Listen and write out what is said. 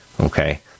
okay